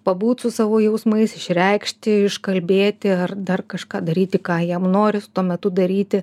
pabūt su savo jausmais išreikšti iškalbėti ar dar kažką daryti ką jam noris tuo metu daryti